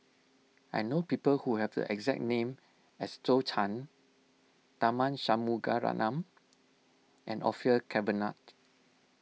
I know people who have the exact name as Zhou Can Tharman Shanmugaratnam and Orfeur Cavenagh